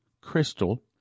crystal